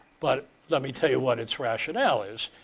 but let me tell you what its rationale is.